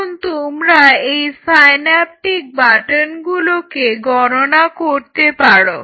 এখন তোমরা এই সাইন্যাপটিক বাটনগুলোকে গণনা করতে পারো